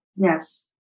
Yes